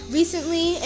recently